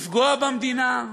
לפגוע במדינה,